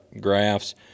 graphs